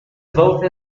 vote